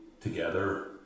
together